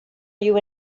you